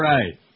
Right